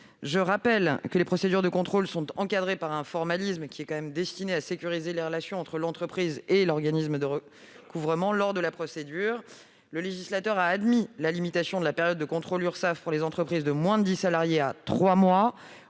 Je rappelle que les procédures de contrôle sont encadrées par un formalisme destiné à sécuriser les relations entre l'entreprise et l'organisme de recouvrement lors de la procédure. Le législateur a admis la limitation de la période de contrôle de l'Urssaf pour les entreprises de moins de 10 salariés à trois